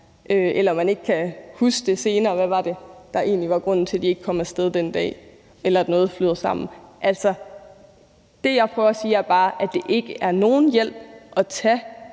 eller hvis man ikke senere kan huske, hvad det var, der egentlig var grunden til, de ikke kom af sted den dag; eller at noget flyder sammen. Det, jeg prøver at sige, er bare, at det ikke er nogen hjælp at tage